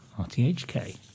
RTHK